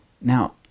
Now